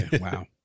Wow